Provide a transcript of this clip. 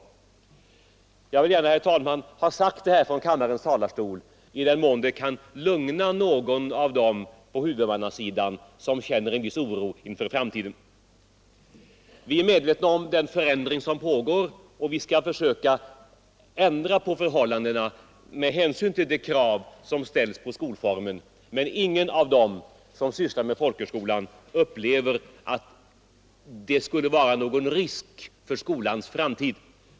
Jag vill gärna, herr talman, ha sagt detta från kammarens talarstol i den mån det kan lugna någon av dem på huvudmannasidan som känner en viss oro inför framtiden. Vi är medvetna om den förändring som pågår, och vi skall försöka ändra på förhållandena med hänsyn till de krav som ställs på skolformen, men ingen av oss upplever situationen som sådan att det skulle vara någon risk för skolans framtid.